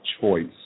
choice